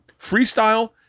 freestyle